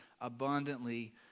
abundantly